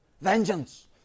Vengeance